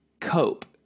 Cope